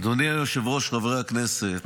אדוני היושב-ראש, חברי הכנסת,